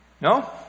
No